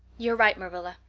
you are right, marilla.